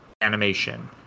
animation